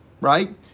right